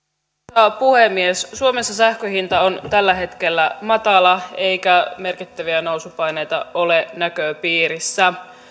arvoisa puhemies suomessa sähkön hinta on tällä hetkellä matala eikä merkittäviä nousupaineita ole näköpiirissä